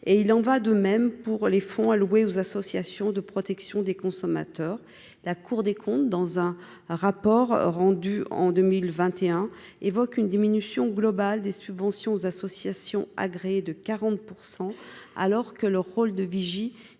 et il en va de même pour les fonds alloués aux associations de protection des consommateurs, la Cour des comptes dans un rapport rendu en 2021 évoque une diminution globale des subventions aux associations agréées de 40 % alors que le rôle de vigie n'est